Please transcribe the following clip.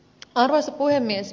arvoisa puhemies